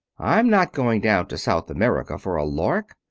i'm not going down to south america for a lark.